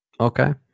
Okay